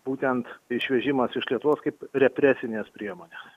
būtent išvežimas iš lietuvos kaip represinės priemonės